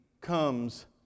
comes